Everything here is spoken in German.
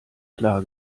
klar